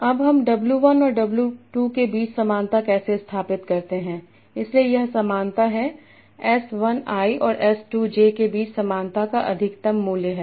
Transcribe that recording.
अब हम w 1 और w 2 के बीच समानता कैसे स्थापित करते हैं इसलिए यह समानता है I s1 i और s 2 j के बीच समानता का अधिकतम मूल्य है